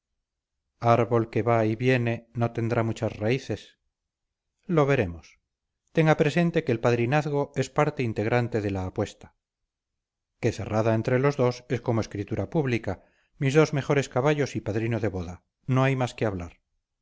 árbol que va y viene no tendrá muchas raíces lo veremos tenga presente que el padrinazgo es parte integrante de la apuesta que cerrada entre los dos es como escritura pública mis dos mejores caballos y padrino de boda no hay más que hablar